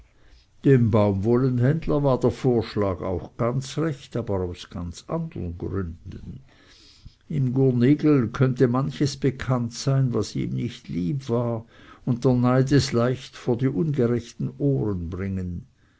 dem baumwollenhändler war der vorschlag auch ganz recht aber aus andern gründen im gurnigel könnte manches bekannt sein was ihm nicht lieb war und der neid es leicht vor die unrechten ohren bringen